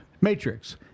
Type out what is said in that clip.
Matrix